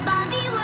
Bobby